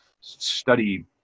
study